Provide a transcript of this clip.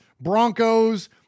broncos